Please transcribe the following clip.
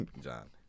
John